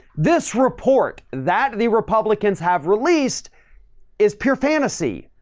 this report that the republicans have released is pure fantasy.